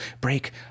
break